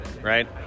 right